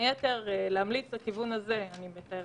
אני מסתכל